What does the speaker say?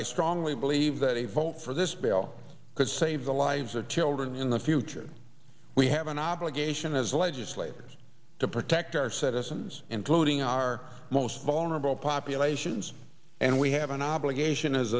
i strongly believe that a vote for this bill could save the lives of children in the future we have an obligation as legislators to protect our citizens including our most vulnerable populations and we have an obligation as